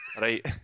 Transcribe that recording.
Right